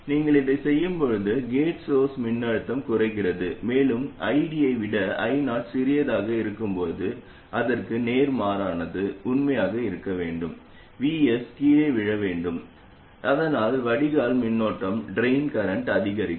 நீங்கள் இதைச் செய்யும்போது கேட் சோர்ஸ் மின்னழுத்தம் குறைகிறது மேலும் ID ஐ விட I0 சிறியதாக இருக்கும்போது அதற்கு நேர்மாறானது உண்மையாக இருக்க வேண்டும் Vs கீழே விழ வேண்டும் அதனால் வடிகால் மின்னோட்டம் அதிகரிக்கும்